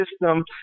system